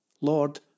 Lord